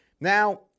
now